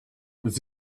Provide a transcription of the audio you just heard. das